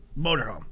motorhome